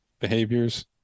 behaviors